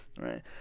right